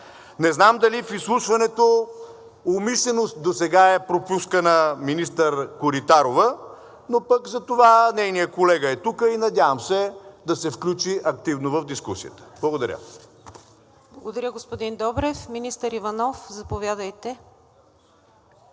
Не знам дали в изслушването умишлено досега е пропускана министър Коритарова, но пък затова нейният колега е тук и се надявам да се включи активно в дискусията. Благодаря. ПРЕДСЕДАТЕЛ НИКОЛЕТА КУЗМАНОВА: Благодаря, господин Добрев. Министър Иванов, заповядайте.